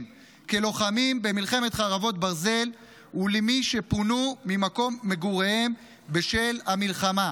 כלוחמים במלחמת חרבות ברזל ולמי שפונו ממקום מגוריהם בשל המלחמה.